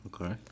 Okay